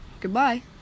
goodbye